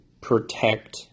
protect